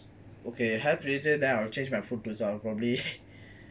okay health related then I will change my food to some probably